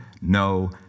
no